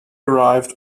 arrived